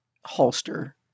holster